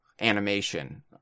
animation